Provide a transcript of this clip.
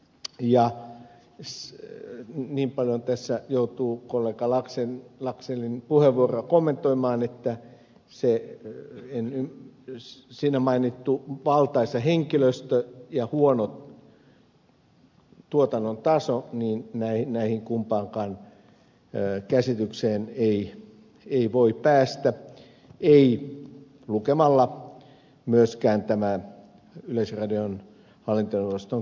ja niin paljon tässä joutuu kollega laxellin puheenvuoroa kommentoimaan että siinä mainittu valtaisa henkilöstö ja huono tuotannon taso näihin kumpaankaan käsitykseen ei voi päästä ei lukemalla myöskään tätä yleisradion hallintoneuvoston kertomusta